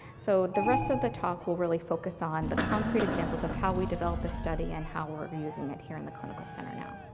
so the rest of the talk will really focus on the concrete examples of how we develop the study and how we're using it here in the clinical center now.